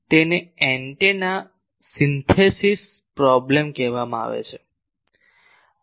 તેને antenna synthesis problem કહેવામાં આવે છે